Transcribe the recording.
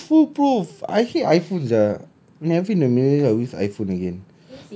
no it's foolproof I hate iphone siak never in the million years I use iphone again